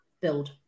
build